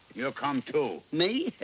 you come too. me?